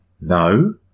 No